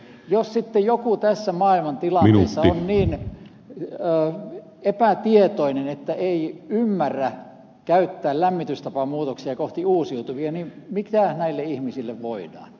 jos sitten joku tässä maailmantilanteessa on niin epätietoinen että ei ymmärrä käyttää lämmitystapamuutoksia kohti uusiutuvia niin mitä näille ihmisille voidaan